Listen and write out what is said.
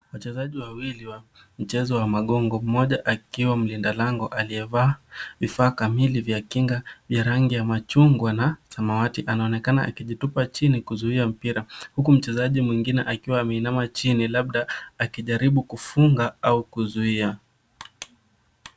Wachezaji wawili wa mchezo wa magongo mmoja akiwa mlinda lango aliyevaa vifaa kamili vya kinga vya rangio ya machungwa na samawati anaonekana akijitupa chini kuzuia mpira huku mchezaji mwingine akiwa ameinama chini labda akijaribu kufunga au kuzuia.